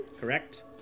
Correct